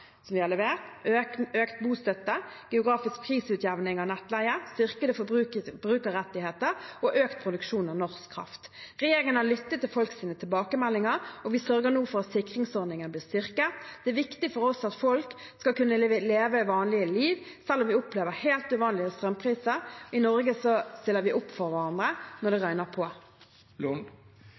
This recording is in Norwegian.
som vi har levert – økt bostøtte, geografisk prisutjevning av nettleie, styrkede forbrukerrettigheter og økt produksjon av norsk kraft. Regjeringen har lyttet til folks tilbakemeldinger, og vi sørger nå for at sikringsordningen blir styrket. Det er viktig for oss at folk skal kunne leve et vanlig liv, selv om vi nå opplever helt uvanlige strømpriser. I Norge stiller vi opp for hverandre når det røyner på.